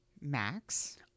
Max